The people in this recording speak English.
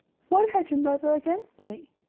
what had your mother against me?